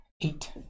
eight